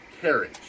carriage